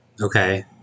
Okay